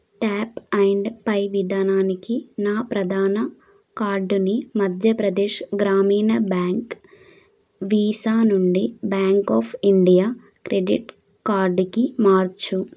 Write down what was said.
tap and pay విధానానికి నా ప్రధాన కార్డుని మధ్య ప్రదేశ్ గ్రామీణ బ్యాంక్ వీసా నుండి బ్యాంక్ ఆఫ్ ఇండియా క్రెడిట్ కార్డుకి మార్చు